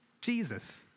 Jesus